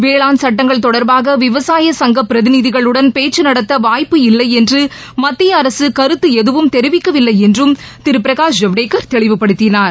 வேளாண் சட்டங்கள் தொடர்பாக விவசாய சங்கப் பிரதிநிதிகளுடன் பேச்சு நடத்த வாய்ப்பு இல்லை என்று மத்திய அரசு கருத்து எதுவும் தெரிவிக்கவில்லை என்றும் திரு பிரகாஷ் ஜவடேகர் தெளிவுபடுத்தினார்